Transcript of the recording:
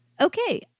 Okay